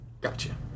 Gotcha